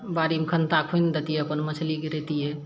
बाड़ीमे खन्ता खुनि दैतियै अपन मछली गिरैतियै